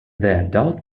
adult